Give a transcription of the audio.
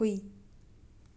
ꯍꯨꯏ